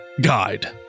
Guide